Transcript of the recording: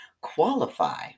qualify